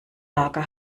lager